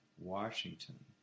Washington